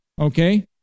okay